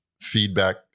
feedback